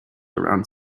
around